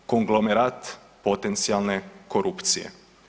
Konglomerat potencijalne korupcije.